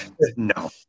no